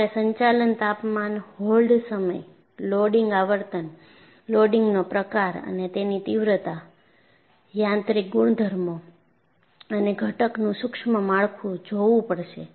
તમારે સંચાલન તાપમાન હોલ્ડ સમય લોડિંગ આવર્તન લોડિંગનો પ્રકાર અને તેની તીવ્રતા યાંત્રિક ગુણધર્મો અને ઘટકનું સુક્ષ્મ માળખું જોવું પડશે